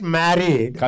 married